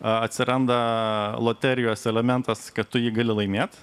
atsiranda loterijos elementas kad tu jį gali laimėti